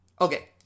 Okay